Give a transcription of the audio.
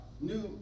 new